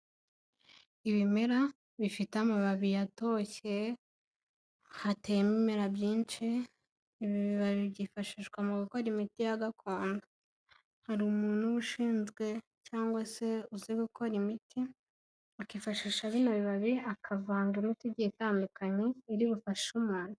Ibimera bifite amababi yatoshye hatemera byinshi, ibi bibabi byifashishwa mu gukora imiti ya gakondo. Hari umuntu ushinzwe cyangwa se uzi gukora imiti, akifashisha bino bibabi akavanga imiti igiye itandukanye iri bufashe umuntu.